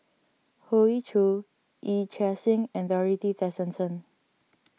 Hoey Choo Yee Chia Hsing and Dorothy Tessensohn